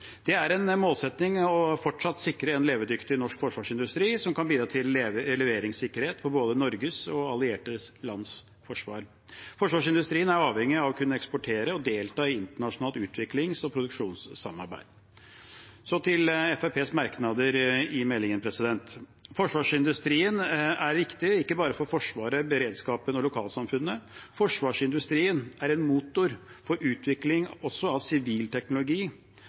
Det er en målsetting å fortsatt sikre en levedyktig norsk forsvarsindustri som kan bidra til leveringssikkerhet for både Norges og allierte lands forsvar. Forsvarsindustrien er avhengig av å kunne eksportere og delta i internasjonalt utviklings- og produksjonssamarbeid. Så til Fremskrittspartiets merknader til meldingen: Forsvarsindustrien er viktig ikke bare for Forsvaret; beredskapen og lokalsamfunnet, forsvarsindustrien er en motor for utvikling også av